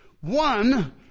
one